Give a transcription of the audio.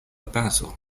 bazo